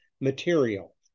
material